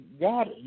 God